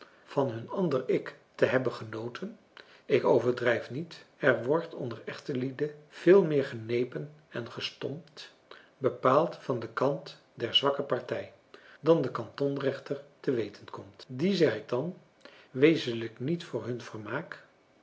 van hun ander ik te hebben genoten ik overdrijf niet er wordt onder echtelieden veel meer genepen en gestompt bepaald van den kant der zwakke partij dan de kantonrechter te weten komt die zeg ik dan wezenlijk niet voor hun vermaak